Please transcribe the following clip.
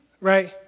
Right